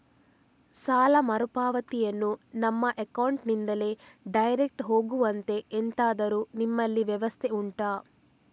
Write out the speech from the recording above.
ಸಾಲ ಮರುಪಾವತಿಯನ್ನು ನಮ್ಮ ಅಕೌಂಟ್ ನಿಂದಲೇ ಡೈರೆಕ್ಟ್ ಹೋಗುವಂತೆ ಎಂತಾದರು ನಿಮ್ಮಲ್ಲಿ ವ್ಯವಸ್ಥೆ ಉಂಟಾ